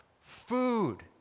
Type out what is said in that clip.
food